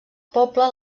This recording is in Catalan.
poble